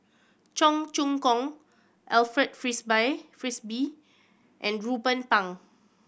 Cheong Choong Kong Alfred Frisby and Ruben Pang